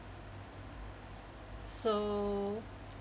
so